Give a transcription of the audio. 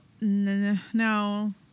No